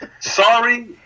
Sorry